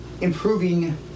improving